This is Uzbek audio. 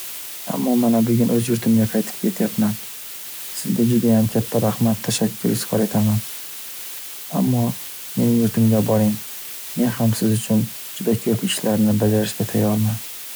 Ammo mana bugun o’z yurtimga qaytib ketyapman. Sizga judayam katta rahmat, tashakkur izhor etaman. Ammo mening yurtimga boring. Men ham siz uchun juda ko’p ishlarni bajarishga tayyorman.